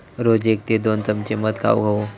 रोज एक ते दोन चमचे मध खाउक हवो